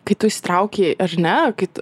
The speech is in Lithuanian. kai tu įsitraukei ar ne kai t